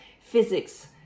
physics